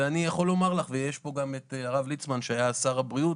יש פה גם את הרב ליצמן שהיה שר הבריאות,